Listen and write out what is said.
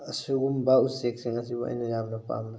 ꯑꯁꯤꯒꯨꯝꯕ ꯎꯆꯦꯛꯁꯤꯡ ꯑꯁꯤꯕꯨ ꯑꯩꯅ ꯌꯥꯝꯅ ꯄꯥꯝꯅ ꯈꯜꯂꯤ